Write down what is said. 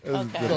okay